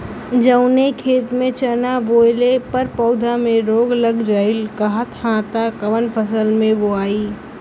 जवने खेत में चना बोअले पर पौधा में रोग लग जाईल करत ह त कवन फसल बोआई?